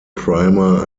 primer